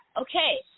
okay